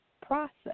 process